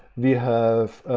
we have.